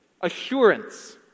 assurance